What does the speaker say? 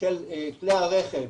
של כלי הרכב,